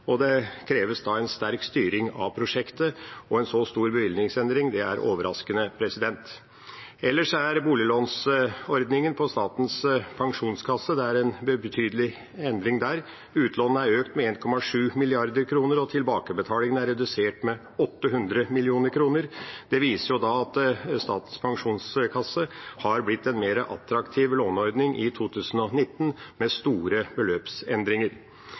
Det kreves en sterk styring av prosjektet, og en så stor bevilgningsendring er overraskende. Ellers er det en betydelig endring på boliglånsordningen i Statens pensjonskasse. Utlånene er økt med 1,7 mrd. kr, og tilbakebetalingen er redusert med 800 mill. kr. Det viser at Statens pensjonskasse har blitt en mer attraktiv låneordning i 2019, med store beløpsendringer.